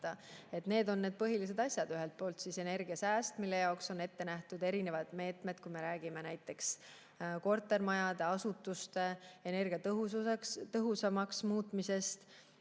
Need on need põhilised asjad. Ühelt poolt energiasääst, mille jaoks on ette nähtud erinevad meetmed, kui me räägime näiteks kortermajade ja asutuste energiatõhusamaks muutmisest,